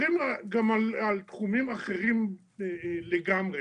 אומרים גם על תחומים אחרים לגמרי.